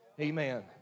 Amen